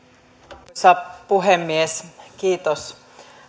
arvoisa puhemies